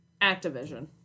Activision